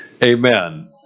Amen